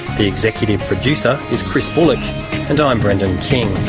the executive producer is chris bullock and i'm brendan king